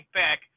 back